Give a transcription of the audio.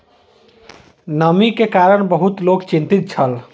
नमी के कारण बहुत लोक चिंतित छल